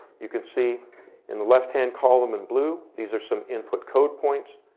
you can see in the left-hand column in blue these are some input code points.